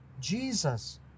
Jesus